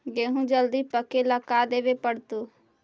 गेहूं जल्दी पके ल का देबे पड़तै?